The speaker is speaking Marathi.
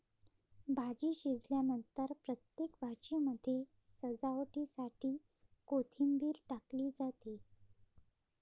भाजी शिजल्यानंतर प्रत्येक भाजीमध्ये सजावटीसाठी कोथिंबीर टाकली जाते